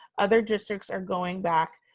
other districts are going back,